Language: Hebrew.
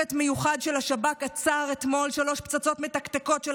צוות מיוחד של השב"כ עצר אתמול שלוש פצצות מתקתקות חמושות של